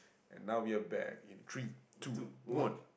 and now we are back in three two one